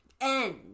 end